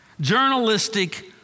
journalistic